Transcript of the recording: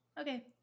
Okay